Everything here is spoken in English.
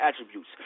attributes